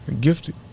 gifted